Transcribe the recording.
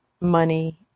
money